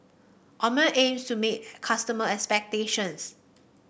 Omron aims to meet customer expectations